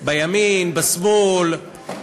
בימין, בשמאל,